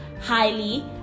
Highly